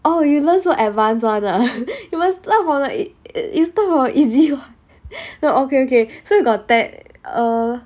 oh you learn so advance [one] ah you must start from the you start from the easy [what] oh okay okay so you got ten err